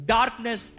Darkness